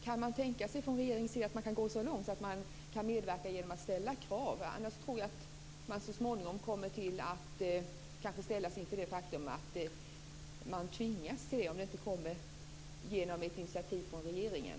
Kan regeringen tänka sig att gå så långt som till att ställa krav? Om det inte kommer ett initiativ från regeringen kommer man kanske så småningom att ställas inför tvingande åtgärder.